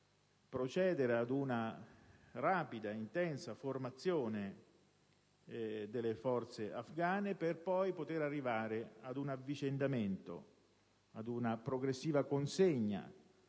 soprattutto, una rapida, intensa formazione delle forze afgane per poter arrivare poi a un avvicendamento, a una progressiva consegna